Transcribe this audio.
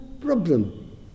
problem